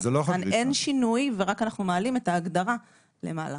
אין שינוי, ואנחנו רק מעלים את ההגדרה למעלה.